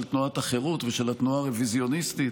תנועת החרות ושל התנועה הרוויזיוניסטית,